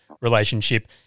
relationship